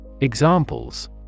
Examples